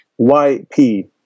YP